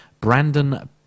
Brandon